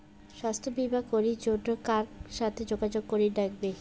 স্বাস্থ্য বিমা করির জন্যে কার সাথে যোগাযোগ করির নাগিবে?